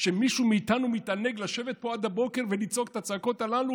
שמישהו מאיתנו מתענג לשבת פה עד הבוקר ולצעוק את הצעקות הללו,